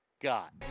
got